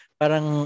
parang